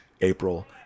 April